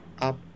up